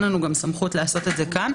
אין לנו סמכות לעשות את זה כאן.